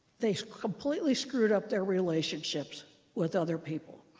they completely screwed up their relationships with other people.